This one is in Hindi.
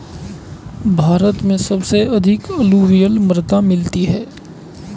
भारत में सबसे अधिक अलूवियल मृदा मिलती है